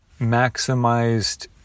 maximized